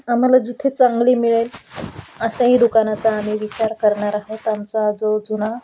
आम्हाला जिथे चांगली मिळेल अशाही दुकानाचा आम्ही विचार करणार आहेत आमचा आ जो जुना